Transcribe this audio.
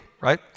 right